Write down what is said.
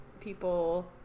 people